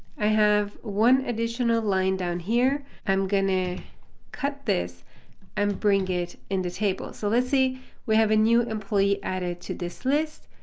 i have one additional line down here. i'm going to cut this and bring it in the table. so let's say we have a new employee added to this list.